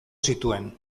zituen